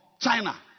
china